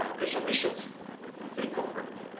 um christian missions incorporated.